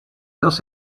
dos